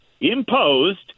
imposed